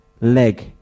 leg